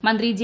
മന്ത്രി ജെ